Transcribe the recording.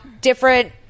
different